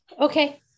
Okay